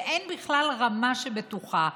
ואין בכלל רמה שהיא בטוחה.